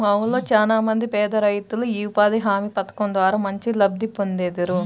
మా ఊళ్ళో చానా మంది పేదరైతులు యీ ఉపాధి హామీ పథకం ద్వారా మంచి లబ్ధి పొందేరు